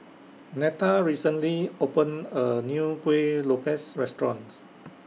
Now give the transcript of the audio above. Netta recently opened A New Kueh Lopes Restaurant